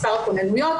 מספר הכוננויות,